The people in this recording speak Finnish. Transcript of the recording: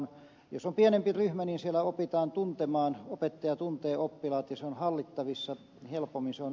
jos on pienempi ryhmä siellä opitaan tuntemaan opettaja tuntee oppilaat ja se on hallittavissa helpommin